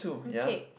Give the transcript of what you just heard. okay